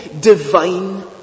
divine